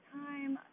time